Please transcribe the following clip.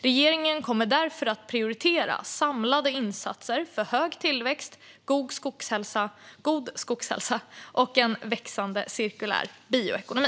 Regeringen kommer därför att prioritera samlade insatser för hög tillväxt, god skogshälsa och en växande cirkulär bioekonomi.